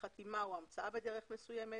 חתימה או המצאה בדרך מסוימת